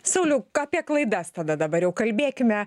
sauliau apie klaidas tada dabar jau kalbėkime